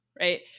right